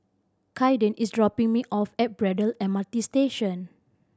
Kayden is dropping me off at Braddell M R T Station